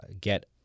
get